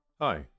Hi